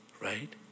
right